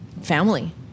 family